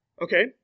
Okay